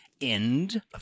end